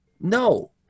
No